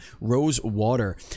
Rosewater